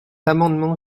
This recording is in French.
amendement